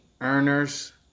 earners